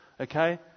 Okay